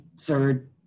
third